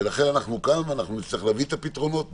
לכן, אנחנו כאן ואנחנו נצטרך למצוא פתרונות.